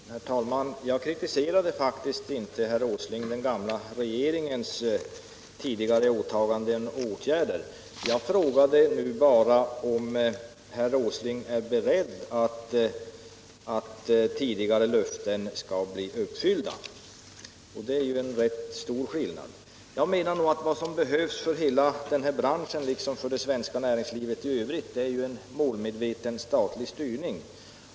Herr talman! Jag kritiserade faktiskt inte den gamla regeringens tidigare åtaganden och åtgärder, herr Åsling. Jag frågade bara om herr Åsling är beredd att se till att tidigare löften uppfylls. Det är en rätt stor skillnad. Jag menar att vad som behövs för hela den här branschen liksom för det svenska näringslivet i övrigt är en målmedveten statlig styrning.